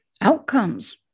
outcomes